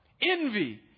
envy